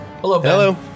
Hello